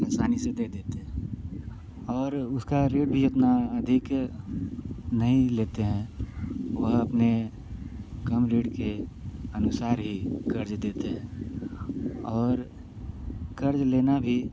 आसानी से दे देते हैं और उसका ऋण भी इतना अधिक नहीं लेते हैं और अपने कम रेट के अनुसार ही कर्ज़ देते हैं और कर्ज़ लेना भी